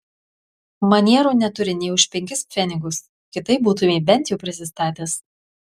manierų neturi nė už penkis pfenigus kitaip būtumei bent jau prisistatęs